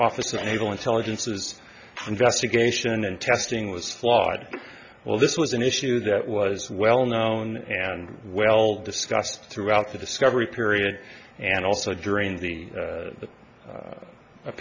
office of naval intelligence was investigation and testing was flawed well this was an issue that was well known and well discussed throughout the discovery period and also during the